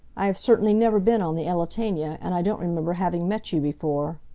i have certainly never been on the elletania and i don't remember having met you before.